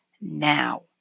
now